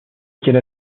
qu’elle